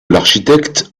l’architecte